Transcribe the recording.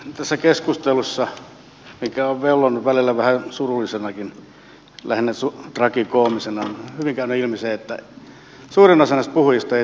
tässä keskustelussa mikä on vellonut välillä vähän surullisenakin lähinnä tragikoomisena on hyvin käynyt ilmi se että suurin osa näistä puhujista ei tiedä mitä poliisin työ on tai palomiehen työ